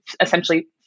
essentially